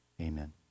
Amen